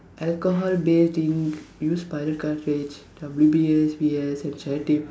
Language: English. alcohol bathing used by the W P S P S